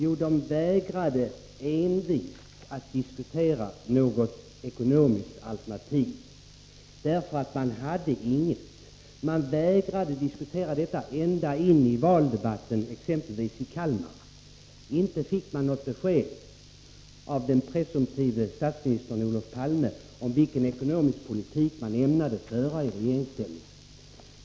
Jo, de vägrade envist att diskutera något ekonomiskt alternativ. De hade nämligen inget. De vägrade diskutera detta ända in i valdebatten, exempelvis i Kalmar. Inte fick vi något besked av den presumtive statsministern Olof Palme om vilken ekonomisk politik socialdemokraterna ämnade föra i regeringsställning.